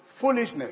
foolishness